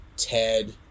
Ted